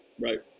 Right